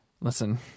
listen